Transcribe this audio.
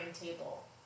table